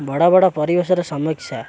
ବଡ଼ ବଡ଼ ପରିବେଶର ସମୀକ୍ଷା